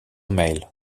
mail